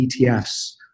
ETFs